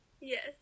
Yes